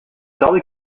dolly